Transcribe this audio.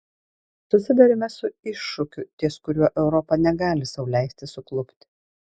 susiduriame su iššūkiu ties kuriuo europa negali sau leisti suklupti